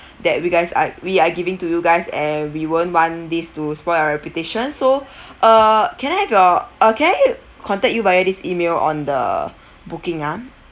that we guys ah we are giving to you guys and we weren't want these to spoil our reputation so uh can I have your uh can I contact you via this email on the booking ah